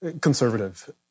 conservative